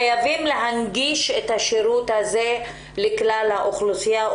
חייבים להנגיש את השירות הזה לכלל האוכלוסייה,